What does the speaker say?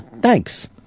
Thanks